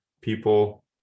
people